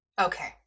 okay